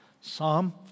Psalm